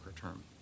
term